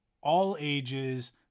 all-ages